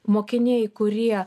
mokiniai kurie